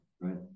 Right